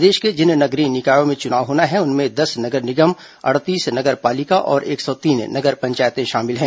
प्रदेश के जिन नगरीय निकायों में चुनाव होना है उनमें दस नगर निगम अड़तीस नगर पालिका और एक सौ तीन नगर पंचायतें शामिल हैं